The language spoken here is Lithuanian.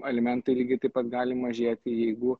alimentai lygiai taip pat gali mažėti jeigu